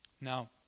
Now